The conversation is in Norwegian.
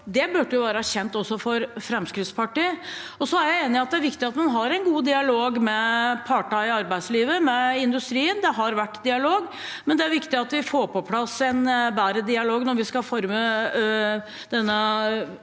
Det burde være kjent også for Fremskrittspartiet. Jeg er enig i at det er viktig at man har en god dialog med partene i arbeidslivet, med industrien. Det har vært dialog, men det er viktig at vi får på plass en bedre dialog når vi skal forme denne